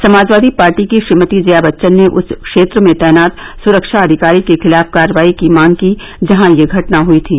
समाजवादी पार्टी की श्रीमती जया बच्चन ने उस क्षेत्र में तैनात सुरक्षा अधिकारी के खिलाफ कार्रवाई की मांग की जहां यह घटना हुई थी